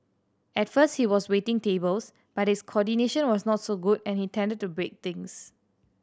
at first he was waiting tables but his coordination was not so good and he tended to break things